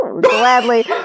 Gladly